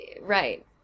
right